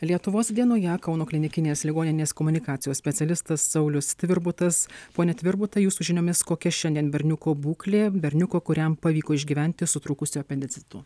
lietuvos dienoje kauno klinikinės ligoninės komunikacijos specialistas saulius tvirbutas pone tvirbutai jūsų žiniomis kokia šiandien berniuko būklė berniuko kuriam pavyko išgyventi su trūkusiu apendicitu